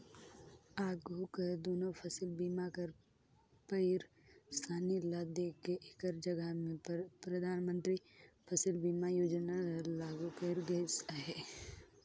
आघु कर दुनो फसिल बीमा कर पइरसानी ल देख के एकर जगहा में परधानमंतरी फसिल बीमा योजना ल लागू करल गइस अहे